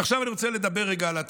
ועכשיו אני רוצה לדבר רגע על התקציב.